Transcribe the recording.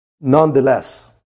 Nonetheless